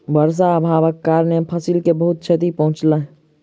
वर्षा अभावक कारणेँ फसिल के बहुत क्षति पहुँचल